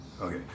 Okay